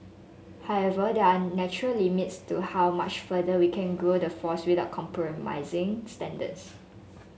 however there are natural limits to how much further we can grow the force without compromising standards